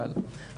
אבל,